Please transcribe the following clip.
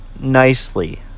nicely